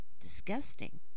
disgusting